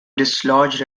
dislodge